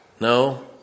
No